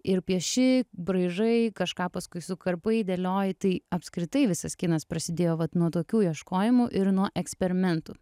ir pieši braižai kažką paskui sukarpai dėlioji tai apskritai visas kinas prasidėjo vat nuo tokių ieškojimų ir nuo eksperimentų